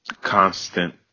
constant